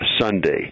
Sunday